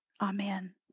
Amen